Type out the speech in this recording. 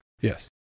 Yes